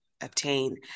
obtain